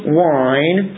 wine